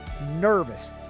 nervous